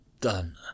done